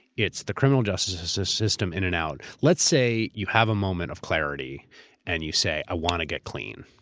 it's the criminal justice justice ah system in and out. let's say you have a moment of clarity and you say, i want to get clean.